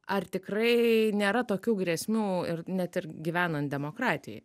ar tikrai nėra tokių grėsmių ir net ir gyvenant demokratijoj